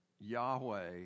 Yahweh